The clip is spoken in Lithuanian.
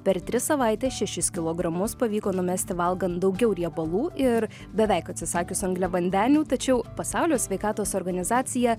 per tris savaites šešis kilogramus pavyko numesti valgant daugiau riebalų ir beveik atsisakius angliavandenių tačiau pasaulio sveikatos organizacija